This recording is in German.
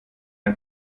ein